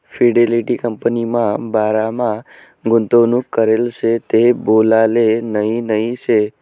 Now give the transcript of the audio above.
Fidelity कंपनीमा बारामा गुंतवणूक करेल शे ते बोलाले नही नही शे